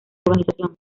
organización